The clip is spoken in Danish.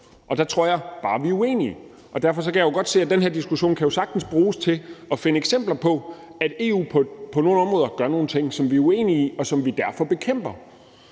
ud. Der tror jeg bare vi er uenige. Derfor kan jeg jo godt se, at den her diskussion sagtens kan bruges til at finde eksempler på, at EU på nogle områder gør nogle ting, som vi er uenige i, og som vi derfor bekæmper.